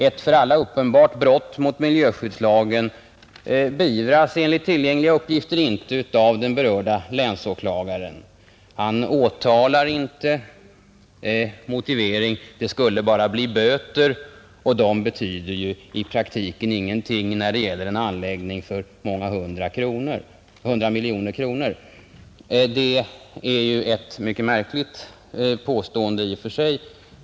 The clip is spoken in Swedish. Ett för alla uppenbart brott mot miljöskyddslagen beivras enligt tillgängliga uppgifter inte av den berörde länsåklagaren. Han åtalar inte. Motivering: Det skulle bara bli böter, och de betyder ju i praktiken ingenting när det gäller en anläggning på många hundra miljoner kronor. Det är ett mycket märkligt påstående i och för sig.